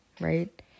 right